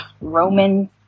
roman